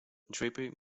draper